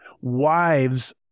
wives